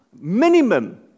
minimum